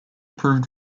proved